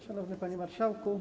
Szanowny Panie Marszałku!